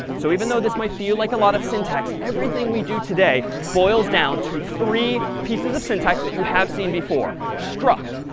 so even though this may feel like a lot of syntax, everything we do today boils down to three pieces of syntax that you have seen before. struct,